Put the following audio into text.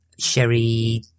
Sherry